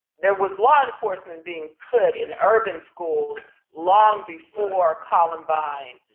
there was law enforcement being put in urban schools long before columbine.